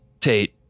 Tate